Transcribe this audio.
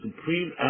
Supreme